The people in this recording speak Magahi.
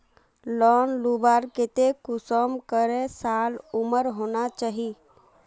लोन लुबार केते कुंसम करे साल उमर होना चही?